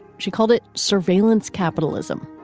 she called it surveillance capitalism.